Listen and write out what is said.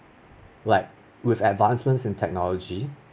like with advancements in technology